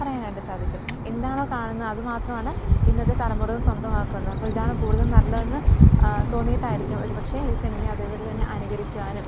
പറയാനായിട്ട് സാധിക്കും എന്താണോ കാണുന്നത് അത് മാത്രമാണ് ഇന്നത്തെ തലമുറ സ്വന്തമാക്കുന്നത് അപ്പം ഇതാണ് കൂടുതൽ നല്ലതെന്ന് തോന്നിയിട്ടായിരിക്കും ഒരു പക്ഷെ ഈ സിനിമയെ അതേപടി തന്നെ അനുകരിക്കാനും